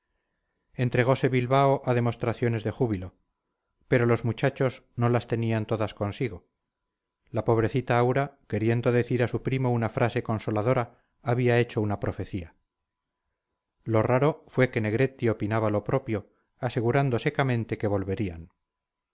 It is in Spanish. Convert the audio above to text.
enemiga entregose bilbao a demostraciones de júbilo pero los muchachos no las tenían todas consigo la pobrecita aura queriendo decir a su primo una frase consoladora había hecho una profecía lo raro fue que negretti opinaba lo propio asegurando secamente que volverían